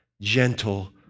gentle